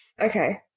Okay